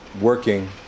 working